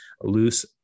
loose